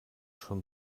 schon